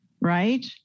right